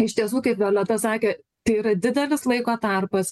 iš tiesų kaip violeta sakė tai yra didelis laiko tarpas